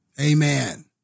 Amen